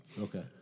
Okay